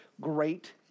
great